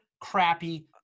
crappy